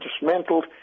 dismantled